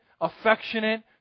affectionate